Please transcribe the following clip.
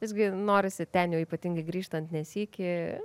visgi norisi ten jau ypatingai grįžtant ne sykį